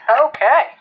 Okay